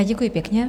Děkuji pěkně.